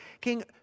King